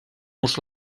murs